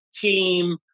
team